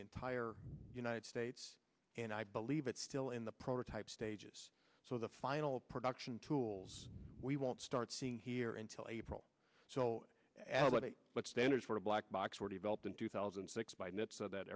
the entire united states and i believe it's still in the prototype stages so the final production tools we won't start seeing here until april so at about eight but standards for a black box were developed in two thousand and six by net so that